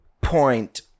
point